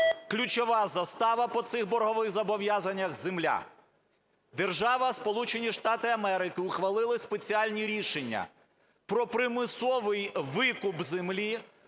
Ключова застава по цих боргових зобов'язаннях – земля. Держава Сполучені Штати Америки ухвалила спеціальні рішення про примусовий викуп землі